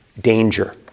danger